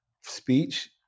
speech